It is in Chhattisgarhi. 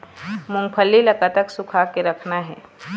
मूंगफली ला कतक सूखा के रखना हे?